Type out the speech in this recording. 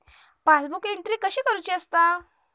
Passbook entry कशी करुची असता?